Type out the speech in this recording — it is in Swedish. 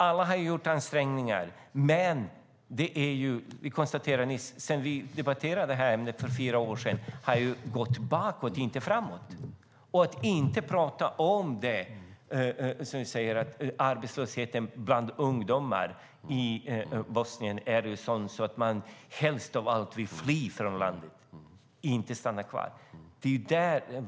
Alla har gjort ansträngningar, men vi konstaterade just att utvecklingen sedan vi senast debatterade detta för fyra år sedan har gått bakåt och inte framåt. Arbetslösheten bland ungdomar i Bosnien är sådan att man helst vill fly från landet och inte stanna kvar.